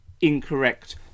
incorrect